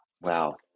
Wow